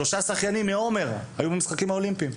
שלושה שחיינים מעומר היו במשחקים האולימפיים,